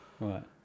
Right